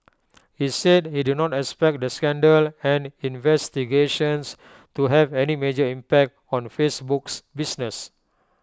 he said he did not expect the scandal and investigations to have any major impact on Facebook's business